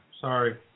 Sorry